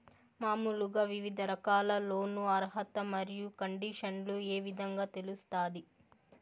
మామూలుగా వివిధ రకాల లోను అర్హత మరియు కండిషన్లు ఏ విధంగా తెలుస్తాది?